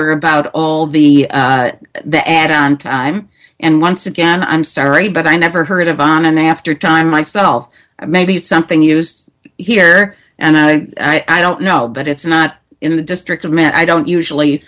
her about all the the add on time and once again i'm sorry but i never heard of on an after time myself maybe it's something used here and i don't know but it's not in the district of men i don't usually